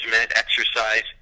exercise